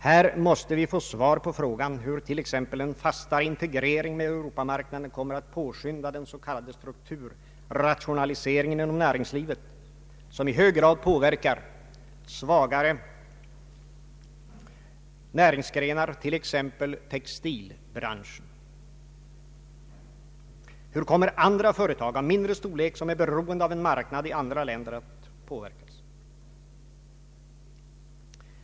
Här måste vi få svar på frågan hur t.ex. en fastare integrering med Europamarknaden kommer att påskynda den s.k. strukturrationaliseringen inom näringslivet som i hög grad påverkar svagare näringsgrenar, t.ex. textilbranschen. Hur kommer andra företag av mindre storlek, som är beroende av en marknad i andra länder, att påverkas?